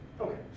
Okay